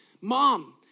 mom